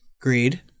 greed